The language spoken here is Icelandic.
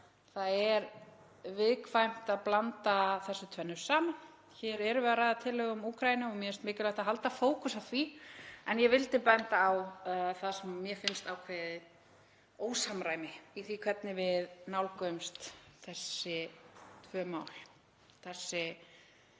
það er viðkvæmt að blanda þessu tvennu saman. Hér erum við að ræða tillögu um Úkraínu og mér finnst mikilvægt að halda fókus á því. En ég vildi benda á það sem mér finnst vera ákveðið ósamræmi í því hvernig við nálgumst þessi tvö mál, þessi